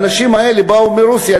והאנשים האלה באו מרוסיה,